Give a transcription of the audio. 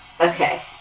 Okay